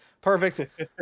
Perfect